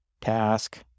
Task